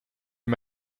you